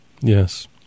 Yes